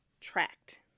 tracked